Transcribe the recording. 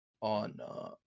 on